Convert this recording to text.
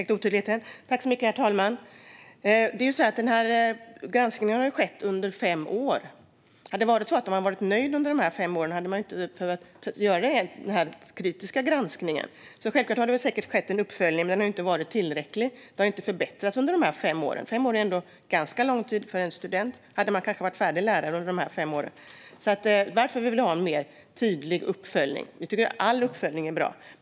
Herr talman! Granskningen har skett under fem år. Om man hade varit nöjd under dessa fem år hade man inte behövt göra denna kritiska granskning. Det har säkert skett en uppföljning, men den har alltså inte varit tillräcklig. Det har inte förbättrats under dessa fem år. Fem år är ändå en ganska lång tid för en student, som kanske blir färdig lärare under dessa fem år. Därför vill vi ha en tydligare uppföljning. Vi tycker att all uppföljning är bra.